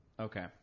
Okay